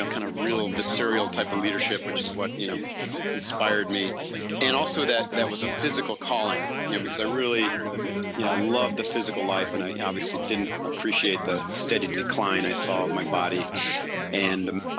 and kind of real visceral type of leadership which is what you know inspired me and also that that was a physical calling you know because i really you know love the physical life and i obviously didn't appreciate the steady decline i saw my body and and